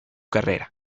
carrera